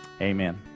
Amen